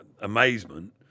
amazement